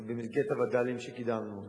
אז במסגרת הווד"לים שקידמנו,